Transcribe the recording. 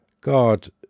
God